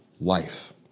life